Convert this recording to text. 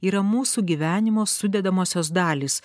yra mūsų gyvenimo sudedamosios dalys